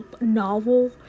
novel